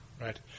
right